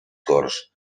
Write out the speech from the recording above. corts